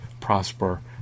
prosper